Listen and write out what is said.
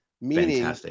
Meaning